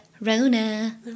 Rona